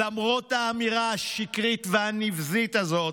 למרות האמירה השקרית והנבזית הזאת,